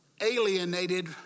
alienated